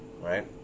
right